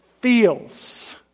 feels